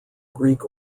greek